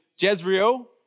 Jezreel